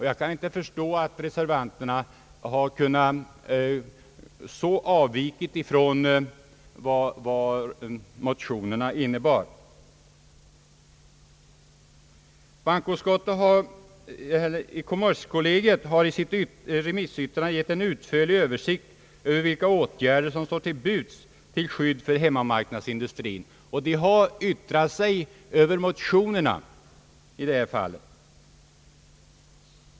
Jag kan inte förstå att reservanterna har kunnat så avvika från vad motionerna innebar. Kommerskollegium har i sitt remissyttrande över motionerna gett en utförlig översikt över vilka åtgärder som står till buds till skydd för hemmamarknadsindustrin.